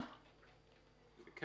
כל